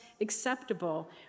acceptable